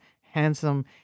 handsome